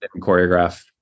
choreograph